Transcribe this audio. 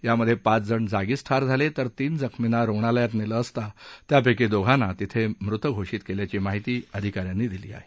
यामधे पाचजण जागीच ठार झाले तर तीन जखमींना रुग्णालयात नेलं असता त्यापैकी दोघांना तिथे मृत घोषित केल्याची माहिती अधिका यांनी दिली आहे